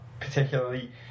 particularly